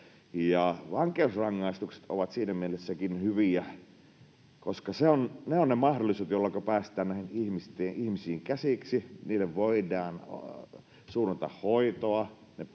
Vankeusrangaistukset ovat siinä mielessäkin hyviä, koska ne ovat ne mahdollisuudet, jolloinka päästään näihin ihmisiin käsiksi, heille voidaan suunnata hoitoa,